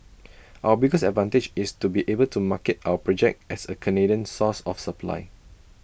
our biggest advantage is to be able to market our project as A Canadian source of supply